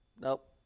Nope